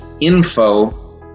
info